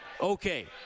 Okay